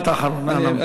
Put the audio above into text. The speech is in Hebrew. משפט אחרון.